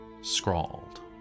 scrawled